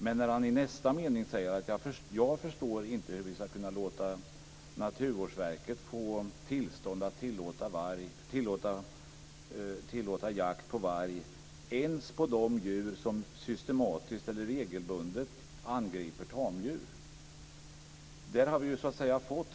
Men i nästa mening säger han: Jag förstår inte hur vi ska kunna låta Naturvårdsverket få tillstånd att tillåta jakt på varg ens om det är djur som systematiskt och regelbundet angriper tamdjur.